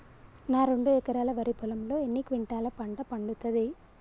నా రెండు ఎకరాల వరి పొలంలో ఎన్ని క్వింటాలా పంట పండుతది?